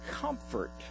comfort